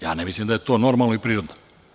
Ja ne mislim da je to normalno i prirodno.